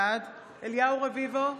בעד אליהו רביבו,